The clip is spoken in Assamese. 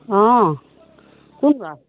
অঁ কোন বাৰু